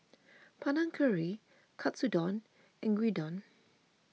Panang Curry Katsudon and Gyudon